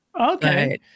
Okay